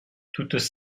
toutes